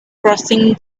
crossing